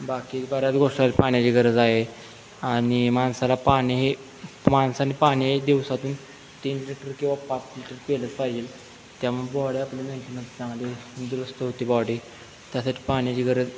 बाकी बऱ्याच गोष्ट पाण्याची गरज आहे आणि माणसाला पाणी हे माणसाने पाणी हे दिवसातून तीन लिटर किंवा पाच लिटर पिलंच पाहिजे त्यामुळे बॉडी आपली मेंटेनन्स चांगली दुरुस्त होती बॉडी त्यासाठी पाण्याची गरज